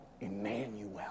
Emmanuel